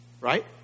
Right